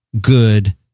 good